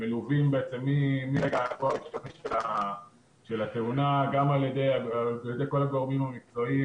מלווים בעצם מהרגע הראשון של התאונה גם על ידי כל הגורמים המקצועיים,